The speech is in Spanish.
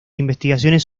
investigaciones